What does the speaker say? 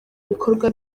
ibikorwa